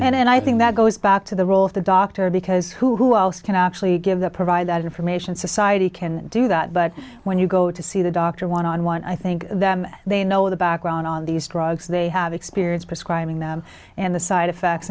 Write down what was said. and i think that goes back to the role of the doctor because who else can actually give that provide that information society can do that but when you go to see the doctor want on one i think that they know the background on these drugs they have experience prescribing them and the side effects